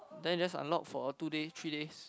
then just unlock for a two day three days